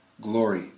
glory